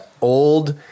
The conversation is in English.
old